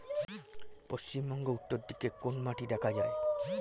পশ্চিমবঙ্গ উত্তর দিকে কোন মাটি দেখা যায়?